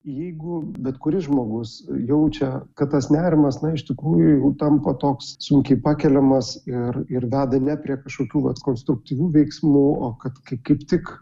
jeigu bet kuris žmogus jaučia kad tas nerimas na iš tikrųjų jau tampa toks sunkiai pakeliamas ir ir veda ne prie kažkokių vat konstruktyvių veiksmų o kad kai kaip tik